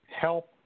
help